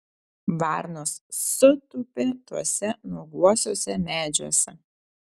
varnos sutūpė tuose nuoguosiuose medžiuose